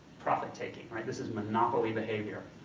profit taking. this is monopoly behavior.